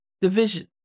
Division